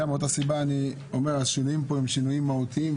מאותה סיבה אני אומר שהשינויים פה הם שינויים מהותיים,